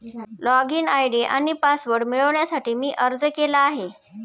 login ID आणि password मिळवण्यासाठी मी अर्ज केला आहे